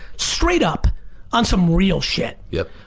straight up on some real shit, yup.